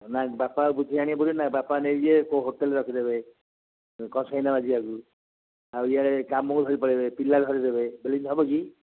ନା ବାପା ବୁଝି ଆଣିବ ବୋଲି ନା ବାପା ନେଇଯିଏ କେଉଁ ହୋଟେଲ୍ରେ ରଖିଦେବେ ଆଉ ଇଆଡ଼େ କାମକୁ ଧରି ପଳାଇବେ ପିଲା ଧରିଦେବେ ବଲେ ହବ କି